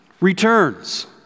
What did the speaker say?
returns